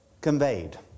conveyed